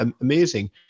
amazing